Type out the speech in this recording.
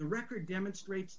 the record demonstrates